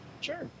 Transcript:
Sure